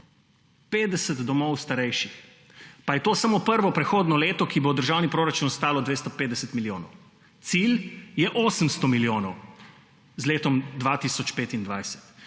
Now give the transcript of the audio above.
50 domov starejših. Pa je to samo prvo prehodno leto, ki bo državni proračun stalo 250 milijonov. Cilj je 800 milijonov z letom 2025.